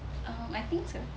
um I think so